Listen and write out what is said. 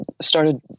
started